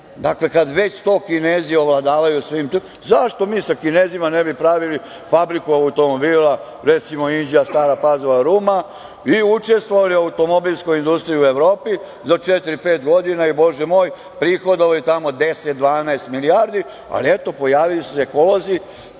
Dakle, kada već to Kinezi ovladavaju svim tim, zašto mi sa Kinezima ne bi pravili fabriku automobila, recimo Inđija, Stara Pazova, Ruma i učestvovali u automobilskoj industriji u Evropi, do četiri, pet godina i bože moj prihodovali tamo 10, 12 milijardi. Ali, eto, pojavili su se ekolozi